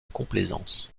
complaisance